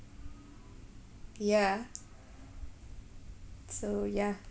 ya so ya